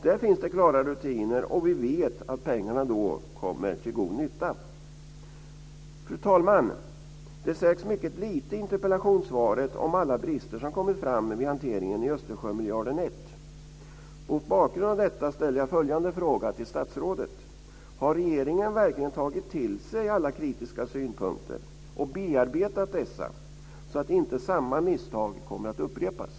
Där finns det klara rutiner, och vi vet att pengarna då kommer till god nytta. Fru talman! Det sägs mycket lite i interpellationssvaret om alla brister som har kommit fram vid hanteringen av Östersjömiljarden 1. Mot bakgrund av detta ställer jag följande fråga till statsrådet: Har regeringen verkligen tagit till sig alla kritiska synpunkter och bearbetat dessa så att inte samma misstag kommer att upprepas?